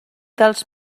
dels